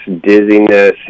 dizziness